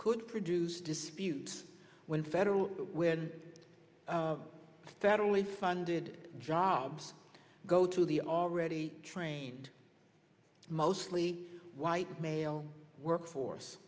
could produce disputes when federal when that only funded jobs go to the already trained mostly white male workforce